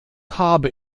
habe